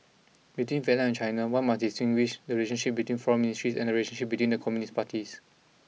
between Vietnam and China one must distinguish the relationship between foreign ministries and the relationship between the Communist Parties